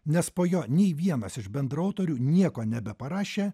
nes po jo nei vienas iš bendraautorių nieko nebeparašė